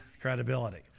credibility